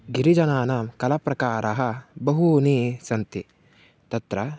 गिरिजनानां कलाप्रकाराः बहवः सन्ति तत्र